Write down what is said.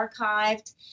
archived